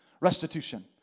restitution